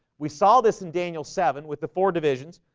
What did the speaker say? we saw this in daniel seven with the four divisions.